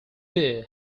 beer